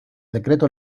decreto